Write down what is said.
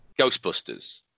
Ghostbusters